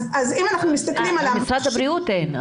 אז אם מסתכלים על ה- ----- למשרד הבריאות אין.